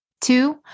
Two